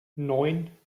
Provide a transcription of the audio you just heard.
neun